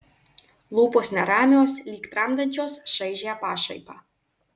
lūpos neramios lyg tramdančios šaižią pašaipą